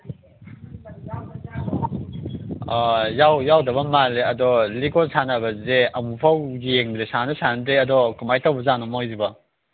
ꯑꯥ ꯌꯥꯎꯗꯕ ꯃꯥꯜꯂꯤ ꯑꯗꯣ ꯂꯤꯀꯣꯟ ꯁꯥꯟꯅꯕꯁꯦ ꯑꯃꯨꯛ ꯐꯥꯎ ꯌꯦꯡꯗ꯭ꯔꯤ ꯁꯥꯟꯁꯨ ꯁꯥꯟꯅꯗꯦ ꯑꯗꯣ ꯀꯃꯥꯏꯅ ꯇꯧꯕꯖꯥꯠꯅꯣ ꯃꯣꯏꯁꯤꯕꯣ